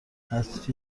هست